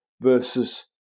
versus